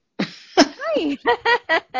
Hi